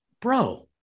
bro